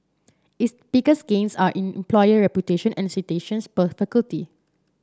its biggest gains are in employer reputation and citations per faculty